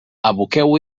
aboqueu